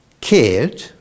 cared